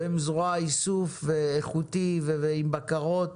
הם זרוע איסוף איכותי ועם בקרות.